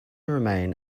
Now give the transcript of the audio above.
remain